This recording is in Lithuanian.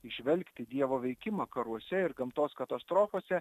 įžvelgti dievo veikimą karuose ir gamtos katastrofose